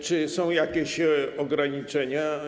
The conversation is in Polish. Czy są jakieś ograniczenia?